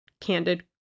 candid